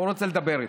הוא רוצה לדבר איתך.